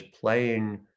playing